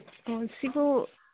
ꯑꯣ ꯁꯤꯕꯨ